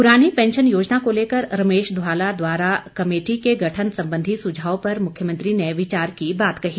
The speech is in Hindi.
पुरानी पेंशन योजना को लेकर रमेश धवाला द्वारा कमेटी के गठन संबंधी सुझाव पर मुख्यमंन्त्री ने विचार की बात कही